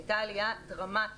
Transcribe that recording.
הייתה עלייה דרמטית